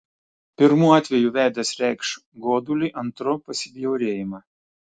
pirmu atveju veidas reikš godulį antru pasibjaurėjimą